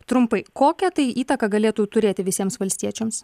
trumpai kokią tai įtaką galėtų turėti visiems valstiečiams